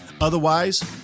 Otherwise